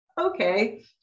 okay